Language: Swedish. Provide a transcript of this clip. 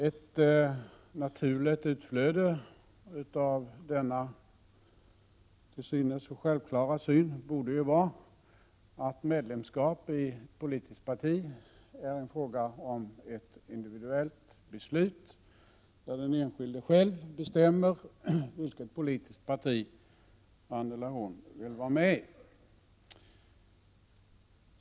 Ett naturligt utflöde av denna till synes självklara syn borde vara att medlemskap i politiskt parti är en fråga om ett individuellt beslut, där den enskilde själv bestämmer i vilket politiskt parti han eller hon vill vara med.